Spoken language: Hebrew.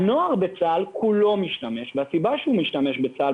הנוער בצה"ל כולו משתמש והסיבה שהוא משתמש בצה"ל,